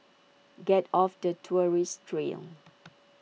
get off the tourist trail